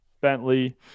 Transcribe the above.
Bentley